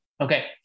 Okay